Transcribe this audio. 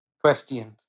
Questions